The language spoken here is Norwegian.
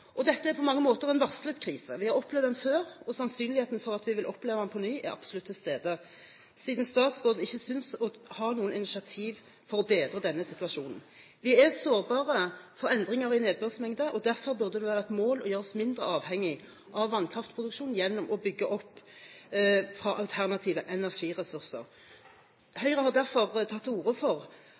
Dette er på mange måter en varslet krise. Vi har opplevd den før, og sannsynligheten for at vi vil oppleve den på ny, er absolutt til stede siden statsråden ikke synes å ha noe initiativ for å bedre denne situasjonen. Vi er sårbare for endringer i nedbørsmengder, og derfor burde det være et mål å gjøre oss mindre avhengige av vannkraftproduksjon gjennom å bygge opp fra alternative energiressurser. Høyre har derfor tatt til orde for